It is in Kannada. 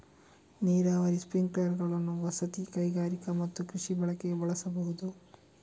ನೀರಾವರಿ ಸ್ಪ್ರಿಂಕ್ಲರುಗಳನ್ನು ವಸತಿ, ಕೈಗಾರಿಕಾ ಮತ್ತು ಕೃಷಿ ಬಳಕೆಗೆ ಬಳಸಬಹುದು